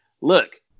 look